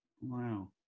Wow